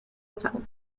sound